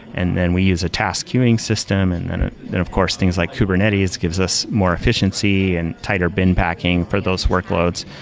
and then we use a task queuing system. and and then of course, things like kubernetes gives us more efficiency and tighter bin packing for those workloads.